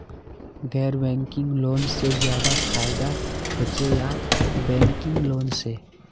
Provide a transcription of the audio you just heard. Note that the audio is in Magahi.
गैर बैंकिंग लोन से ज्यादा फायदा होचे या बैंकिंग लोन से?